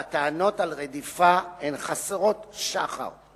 והטענות על רדיפה הן חסרות שחר.